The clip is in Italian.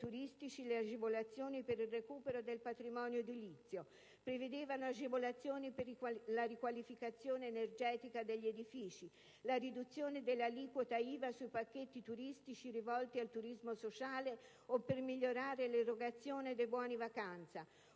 turistici le agevolazioni per il recupero del patrimonio edilizio; agevolazioni per la riqualificazione energetica degli edifici; la riduzione dell'aliquota IVA sui pacchetti turistici rivolti al turismo sociale o per migliorare l'erogazione dei buoni vacanza.